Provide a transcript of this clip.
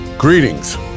Greetings